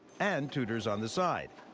and tutors on the side.